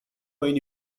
when